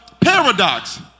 paradox